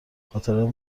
خاطرات